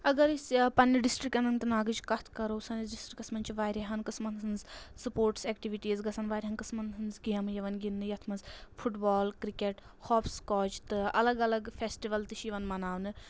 اگر أسۍ پَنٕنہِ ڈِسٹرک اَننت ناگٕچۍ کَتھ کَرو سٲنِس ڈِسٹِرٛکَس منٛز چھِ واریاہَن قٕسمَن ہٕنٛز سپوٹٕس ایٚکٹِوِٹیٖز گژھان واریاہَن قٕسمَن ہٕنٛز گیمہٕ یِوان گِنٛدنہٕ یَتھ منٛز football cricket hopscotch تہٕ الگ الگ فیسٹِول تہِ چھِ یِوان مَناونہٕ